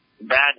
Bad